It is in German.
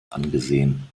angesehen